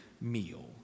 meal